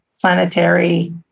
planetary